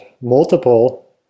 multiple